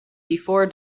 before